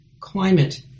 Climate